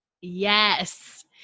Yes